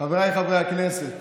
חבריי חברי הכנסת,